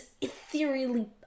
ethereally